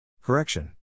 Correction